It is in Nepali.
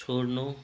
छोड्नु